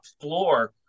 floor